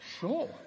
sure